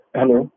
Hello